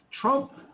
Trump